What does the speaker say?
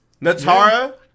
Natara